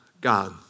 God